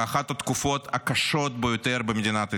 באחת התקופות הקשות ביותר במדינת ישראל.